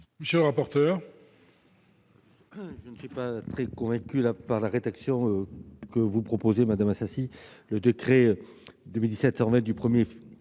Monsieur le rapporteur,